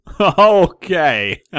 okay